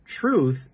truth